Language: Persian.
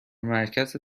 مرکز